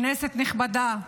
כנסת נכבדה,